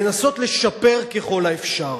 לשפר ככל האפשר.